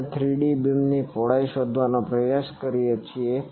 આપણે 3D બીમની પહોળાઈ શોધવાનો પ્રયાસ કરીએ છીએ